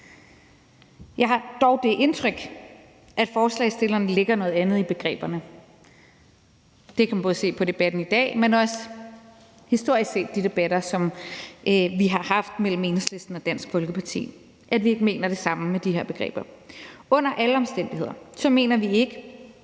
Jeg har dog det indtryk, at forslagsstillerne lægger noget andet i begreberne. Det kan man både se på debatten i dag, men også historisk set på de debatter, som vi har haft mellem Enhedslisten og Dansk Folkeparti, altså at vi ikke mener det samme med de her begreber. Under alle omstændigheder mener vi ikke,